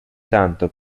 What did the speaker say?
tanto